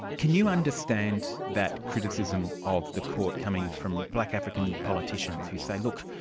can you understand that criticism of the court coming from black african politicians who say, look,